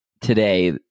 today